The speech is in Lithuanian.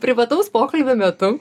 privataus pokalbio metu